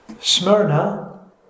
Smyrna